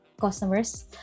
customers